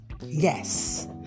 Yes